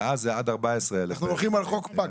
שאז זה עד 14,000. אנחנו הולכים על חוק פג.